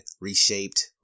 reshaped